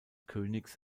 königs